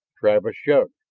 travis shrugged.